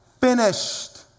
finished